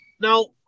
Now